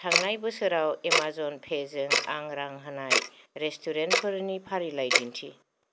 थांनाय बोसोराव Amazon pay जों आं रां होनाय रेस्टुरेन्टफोरनि फारिलाइ दिन्थि